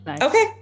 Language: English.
okay